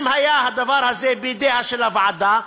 אם היה הדבר הזה בידיה של הוועדה,